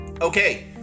Okay